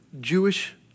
Jewish